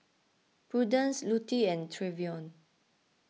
Prudence Lutie and Trevion